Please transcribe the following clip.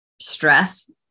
stress